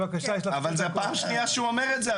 אבל זאת הפעם השנייה שהוא אומר את זה,